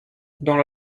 dans